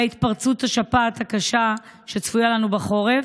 התפרצות השפעת הקשה שצפויה לנו בחורף.